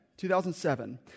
2007